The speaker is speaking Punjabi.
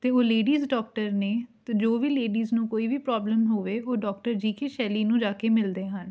ਅਤੇ ਉਹ ਲੇਡੀਜ ਡੋਕਟਰ ਨੇ ਅਤੇ ਜੋ ਵੀ ਲੇਡੀਜ ਨੂੰ ਕੋਈ ਵੀ ਪ੍ਰੋਬਲਮ ਹੋਵੇ ਉਹ ਡੋਕਟਰ ਜੀ ਕੇ ਸ਼ੈਲੀ ਨੂੰ ਜਾ ਕੇ ਮਿਲਦੇ ਹਨ